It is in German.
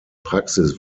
praxis